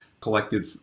collected